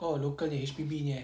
oh local H_P_B nya eh